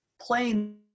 playing